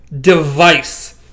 device